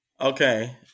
Okay